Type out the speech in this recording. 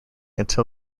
until